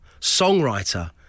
songwriter